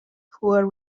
poor